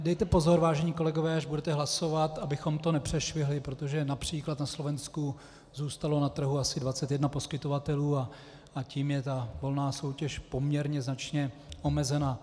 Dejte pozor, vážení kolegové, až budete hlasovat, abychom to nepřešvihli, protože například na Slovensku zůstalo na trhu asi 21 poskytovatelů a tím je ta volná soutěž poměrně značně omezena.